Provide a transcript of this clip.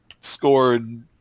scored